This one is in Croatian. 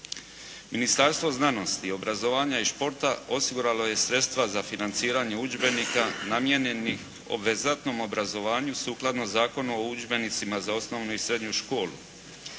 Ministarstvo znanosti, obrazovanja i športa osiguralo je sredstva za financiranje udžbenika namijenjenih obvezatnom obrazovanju sukladno Zakonu o udžbenicima za osnovnu i srednju školu.